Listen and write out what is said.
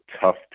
tough